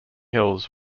hills